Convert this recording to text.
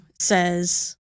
says